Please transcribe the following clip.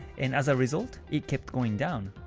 and as a result, it keeps going down.